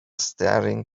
staring